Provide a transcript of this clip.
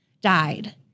died